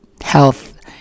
health